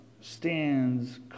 stands